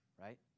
right